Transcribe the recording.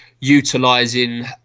utilising